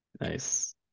Nice